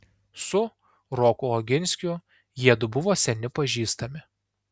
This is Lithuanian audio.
su roku oginskiu jiedu buvo seni pažįstami